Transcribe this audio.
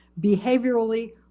behaviorally